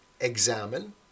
examine